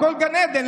הכול גן עדן.